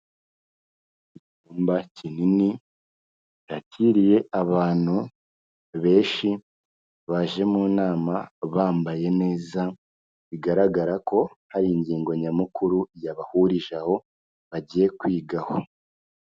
Icyumba kinini cyakiriye abantu benshi baje mu nama bambaye neza, bigaragara ko hari ingingo nyamukuru yabahurije aho bagiye kwigaho.